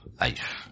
life